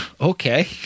okay